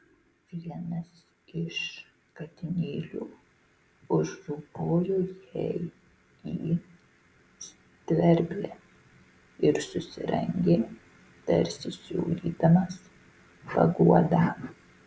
vienas iš katinėlių užropojo jai į sterblę ir susirangė tarsi siūlydamas paguodą